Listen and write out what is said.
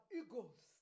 eagles